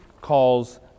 calls